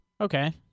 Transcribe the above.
Okay